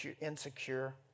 insecure